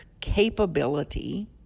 capability